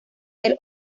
del